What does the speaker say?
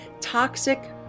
Toxic